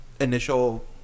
initial